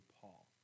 Paul